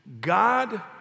God